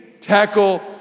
tackle